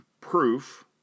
proof